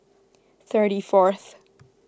thirty fourth